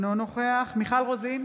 אינו נוכח אלכס קושניר,